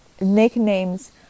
nicknames